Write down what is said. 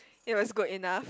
it was good enough